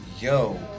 yo